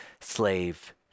slave